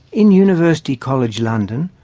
in university college london,